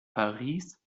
paris